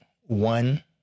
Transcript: one